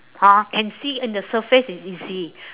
hor can see in the surface is easy